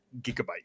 gigabyte